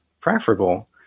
preferable